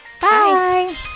Bye